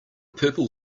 purple